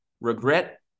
Regret